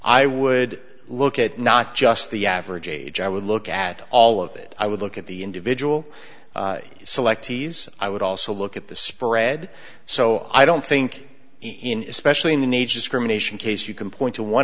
i would look at not just the average age i would look at all of it i would look at the individual selectees i would also look at the spread so i don't think in especially in the needs discrimination case you can point to one